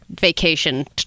vacation